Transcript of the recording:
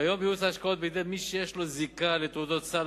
כיום ייעוץ ההשקעות בידי מי שיש לו זיקה לתעודת סל